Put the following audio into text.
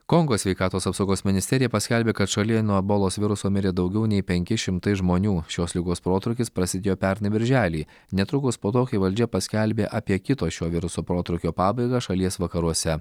kongo sveikatos apsaugos ministerija paskelbė kad šalyje nuo ebolos viruso mirė daugiau nei penki šimtai žmonių šios ligos protrūkis prasidėjo pernai birželį netrukus po to kai valdžia paskelbė apie kito šio viruso protrūkio pabaigą šalies vakaruose